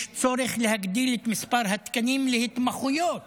יש צורך להגדיל את מספר התקנים להתמחויות